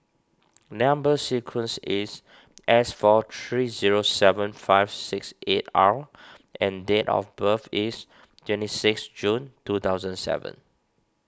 Number Sequence is S four three zero seven five six eight R and date of birth is twenty six June two thousand seven